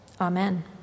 Amen